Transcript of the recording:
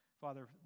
Father